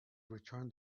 returned